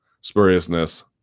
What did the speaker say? spuriousness